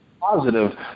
positive